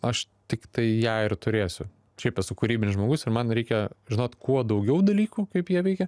aš tiktai ją ir turėsiu šiaip esu kurybinis žmogus ir man reikia žinot kuo daugiau dalykų kaip jie veikia